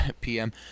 PM